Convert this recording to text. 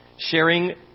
sharing